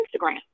Instagram